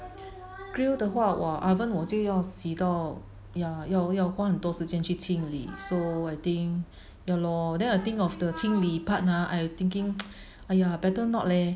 grill 的话 !wah! oven 我就要洗到 ya 要要花很多时间去清理 so I think ya lor then I think of the 清理 part ah I'm thinking !aiya! better not leh